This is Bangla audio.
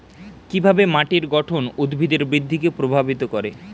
কিভাবে মাটির গঠন উদ্ভিদের বৃদ্ধিকে প্রভাবিত করে?